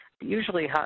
Usually